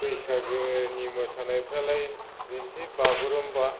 बैसागोनि मोसानायफ्रालाय बेनोसै बागुरुमबा